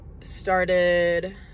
started